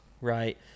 right